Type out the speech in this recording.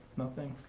nothing?